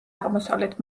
აღმოსავლეთ